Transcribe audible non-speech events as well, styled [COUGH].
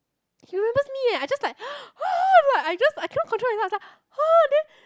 he remembers me eh I just like [NOISE] oh I'm like I just I cannot control myself I was like oh then